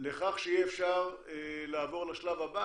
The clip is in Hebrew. לכך שיהיה אפשר לעבור לשלב הבא,